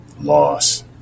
loss